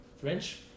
French